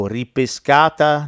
ripescata